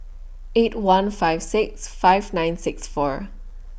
eight one five six five nine six four